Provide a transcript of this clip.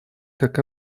как